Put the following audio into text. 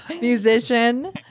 musician